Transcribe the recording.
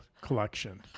Collection